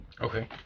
okay